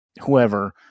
whoever